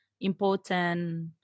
important